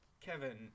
Kevin